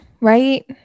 right